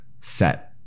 set